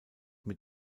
mit